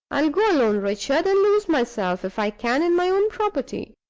i'll go alone, richard, and lose myself, if i can, in my own property.